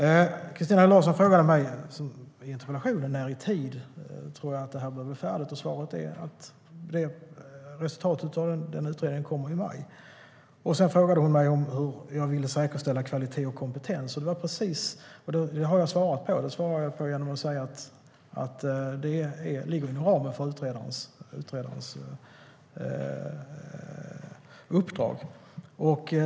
Christina Höj Larsen frågade mig när ungefär i tid som arbetet är färdigt. Svaret är att resultatet av utredningen kommer i maj. Sedan undrade hon om hur jag ville säkerställa kvalitet och kompetens. Den frågan har jag redan svarat på genom att säga att det ligger inom ramen för utredarens uppdrag.